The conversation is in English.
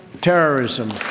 terrorism